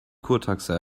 kurtaxe